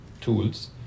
tools